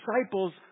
disciples